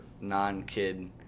non-kid